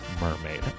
Mermaid